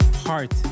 Heart